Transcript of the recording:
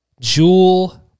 Jewel